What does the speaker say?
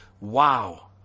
wow